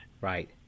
Right